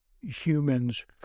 humans